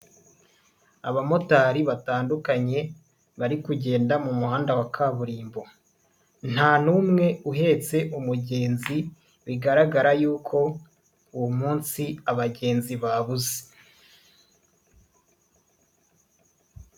Abamotari batandukanye, bari kugenda mu muhanda wa kaburimbo. Nta n'umwe uhetse umugenzi, bigaragara yuko, uwo munsi abagenzi babuze.